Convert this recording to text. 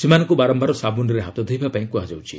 ସେମାନଙ୍କୁ ବାରମ୍ଭାର ସାବୁନରେ ହାତ ଧୋଇବା ପାଇଁ କୁହାଯାଉଛି